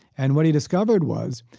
and what he discovered was,